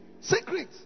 secret